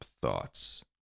thoughts